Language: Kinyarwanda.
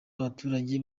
abaturage